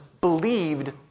believed